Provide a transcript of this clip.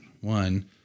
One